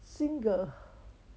single